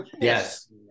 Yes